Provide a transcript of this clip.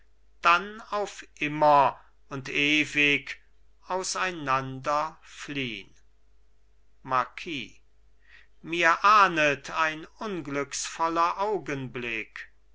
dann auf immer und ewig auseinanderfliehn marquis mir ahndet ein unglücksvoller augenblick